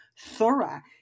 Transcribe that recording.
thorough